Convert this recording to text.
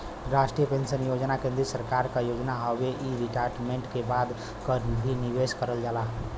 राष्ट्रीय पेंशन योजना केंद्रीय सरकार क योजना हउवे इ रिटायरमेंट के बाद क लिए निवेश करल जाला